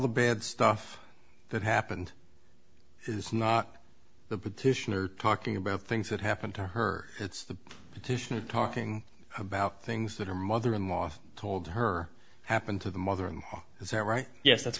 the bad stuff that happened it's not the petitioner talking about things that happened to her it's the petitioner talking about things that her mother in law told her happened to the mother in law is that right yes that's